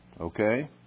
Okay